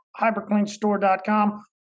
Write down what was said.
hypercleanstore.com